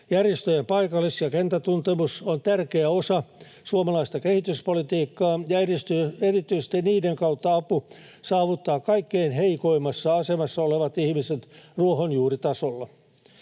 Järjestöjen paikallis- ja kenttätuntemus on tärkeä osa suomalaista kehityspolitiikkaa, ja erityisesti niiden kautta apu saavuttaa kaikkein heikoimmassa asemassa olevat ihmiset ruohonjuuritasolla.